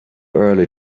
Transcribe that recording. early